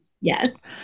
Yes